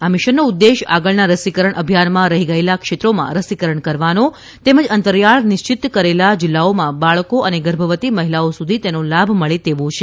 આ મિશનનો ઉદ્દેશ્ય આગળના રસીકરણ અભિયાનમાં રઠી ગયેલાં ક્ષેત્રોમાં રસીકરણ કરવાને તેમજ અંતરીયાળ નિશ્ચિત કરેલા જિલ્લાઓમાં બાળકો અને ગર્ભવતી મહિલાઓ સુધી તેનો લાભ મળે તેવો છે